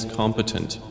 competent